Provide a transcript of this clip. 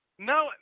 No